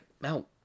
No